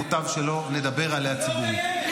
מוטב שלא נדבר עליה ציבורית.